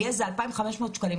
יהיה איזה 2,500 שקלים,